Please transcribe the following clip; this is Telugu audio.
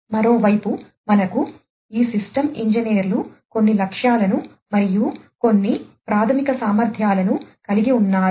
మరోవైపు మనకు ఈ సిస్టమ్ ఇంజనీర్లు కొన్ని లక్ష్యాలను మరియు కొన్ని ప్రాథమిక సామర్థ్యాలను కలిగి ఉన్నారు